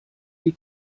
die